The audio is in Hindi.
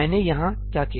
मैंने यहाँ क्या किया